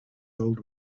old